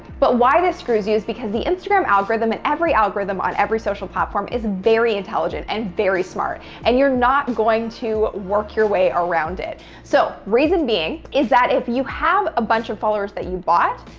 but why the screws you is because the instagram algorithm and every algorithm on every social platform is very intelligent and very smart. and you're not going to work your way around it. so, reason being is that if you have a bunch of followers that you bought,